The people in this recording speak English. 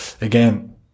again